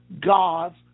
God's